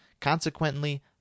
Consequently